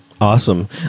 Awesome